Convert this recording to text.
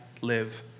live